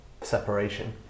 separation